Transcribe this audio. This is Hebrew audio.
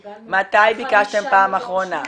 קיבלנו -- מתי ביקשתם פעם אחרונה,